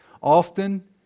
often